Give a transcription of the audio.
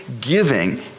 giving